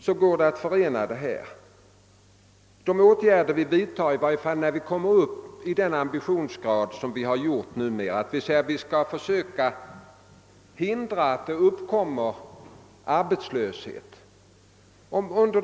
Det har vidtagits kraftigt verkande åtgärder i fråga om sysselsättningen, i varje fall sedan vi nu kommit upp i den ambitionsgraden att vi säger att vi skall förhindra att arbetslöshet uppstår.